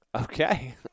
Okay